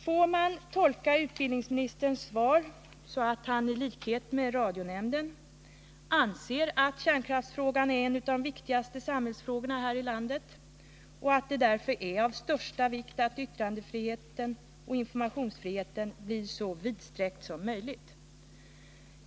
Får man tolka utbildningsministerns svar så, att han i likhet med radionämnden anser att kärnkraftsfrågan är en av de viktigaste samhällsfrågorna här i landet och att det därför är av största vikt att yttrandefriheten och informationsfriheten blir så vidsträckta som möjligt?